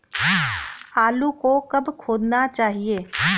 आलू को कब खोदना चाहिए?